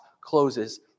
closes